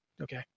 okay